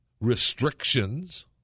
restrictions